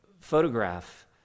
photograph